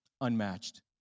Unmatched